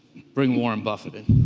bring warren buffett in